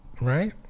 Right